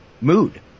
mood